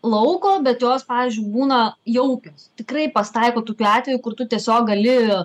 lauko bet jos pavyzdžiui būna jaukios tikrai pasitaiko tokių atvejų kur tu tiesiog gali